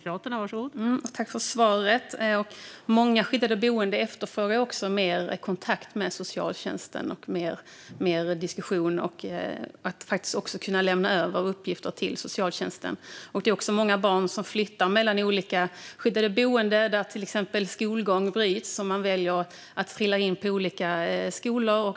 Fru talman! Tack, statsrådet, för svaret! Många skyddade boenden efterfrågar mer kontakt och diskussion med socialtjänsten och också möjligheten att lämna över uppgifter till socialtjänsten. Det är också många barn som flyttar mellan olika skyddade boenden, vilket gör att till exempel skolgång bryts och man trillar in på olika skolor.